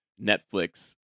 Netflix